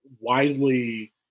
widely